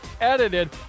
edited